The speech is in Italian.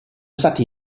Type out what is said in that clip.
stati